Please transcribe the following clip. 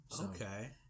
Okay